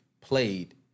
played